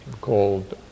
called